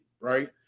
right